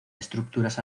estructuras